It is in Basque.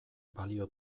balio